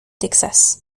texas